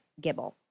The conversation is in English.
Gibble